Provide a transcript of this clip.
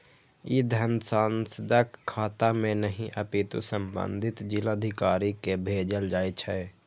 ई धन सांसदक खाता मे नहि, अपितु संबंधित जिलाधिकारी कें भेजल जाइ छै